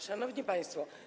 Szanowni Państwo!